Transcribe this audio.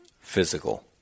physical